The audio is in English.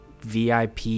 vip